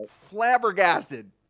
flabbergasted